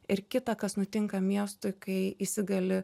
ir kita kas nutinka miestui kai įsigali